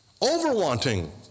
over-wanting